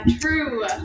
true